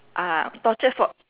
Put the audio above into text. ah torture for